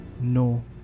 no